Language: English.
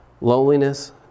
loneliness